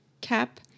cap